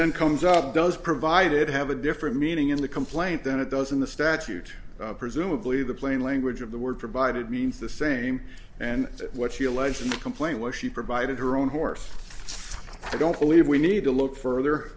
then comes up does provided have a different meaning in the complaint than it does in the statute presumably the plain language of the word provided means the same and what she alleged in the complaint where she provided her own horse i don't believe we need to look further